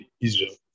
Israel